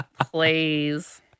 Please